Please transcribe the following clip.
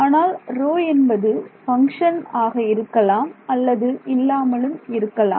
ஆனால் ρ என்பது பங்க்ஷன் ஆக இருக்கலாம் அல்லது இல்லாமலும் இருக்கலாம்